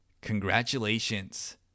Congratulations